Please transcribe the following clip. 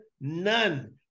none